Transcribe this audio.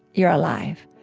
you're alive.